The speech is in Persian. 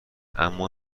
اما